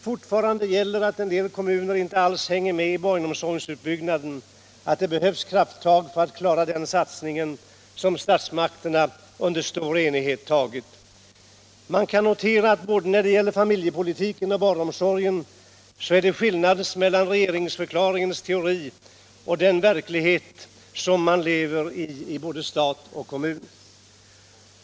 Fortfarande gäller att en del kommuner inte alls hänger med i barnomsorgsutbyggnaden, att det behövs krafttag för att klara den satsning som statsmakterna under stor enighet fattat beslut om. Man kan notera, att både när det gäller familjepolitiken och barnomsorgen så är det skillnad mellan regeringsförklaringens teori och den verklighet vari man lever i både stat och kommun.